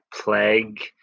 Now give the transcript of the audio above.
plague